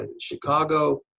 Chicago